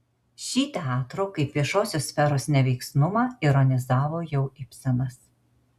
šį teatro kaip viešosios sferos neveiksnumą ironizavo jau ibsenas